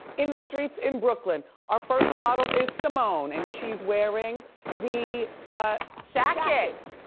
in the streets in brooklyn. our first model is simone and she's wearing the shacket.